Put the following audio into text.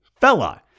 fella